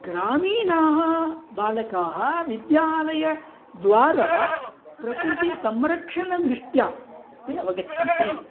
ग्रामीणाः बालकाः विद्यालय द्वारा प्रकृतिसंरक्षणदृष्टिं ते अवगच्छन्ति